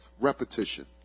repetition